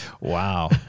wow